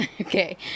okay